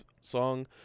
song